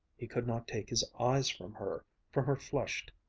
he could not take his eyes from her, from her flushed,